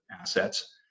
assets